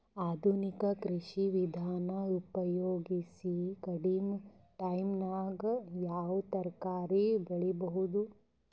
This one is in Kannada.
ಆಧುನಿಕ ಕೃಷಿ ವಿಧಾನ ಉಪಯೋಗಿಸಿ ಕಡಿಮ ಟೈಮನಾಗ ಯಾವ ತರಕಾರಿ ಬೆಳಿಬಹುದು?